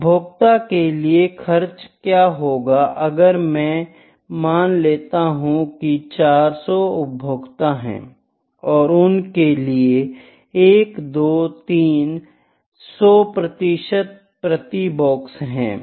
उपभोक्ता के लिए खर्चा क्या होगा अगर मैं मान लेता हूं की 400 उपभोक्ता है और उनके लिए 123100 प्रतिशत प्रति बॉक्स है